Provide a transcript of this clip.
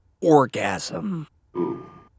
Orgasm